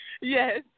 yes